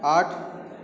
आठ